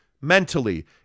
mentally